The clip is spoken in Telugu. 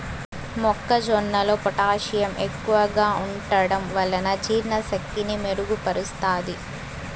మొక్క జొన్నలో పొటాషియం ఎక్కువగా ఉంటడం వలన జీర్ణ శక్తిని మెరుగు పరుస్తాది